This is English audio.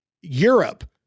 Europe